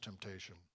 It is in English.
temptation